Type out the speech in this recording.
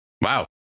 Wow